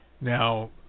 Now